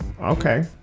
Okay